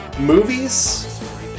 Movies